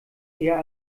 eher